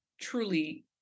truly